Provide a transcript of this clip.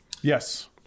Yes